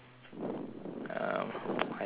um !aiya! get their recording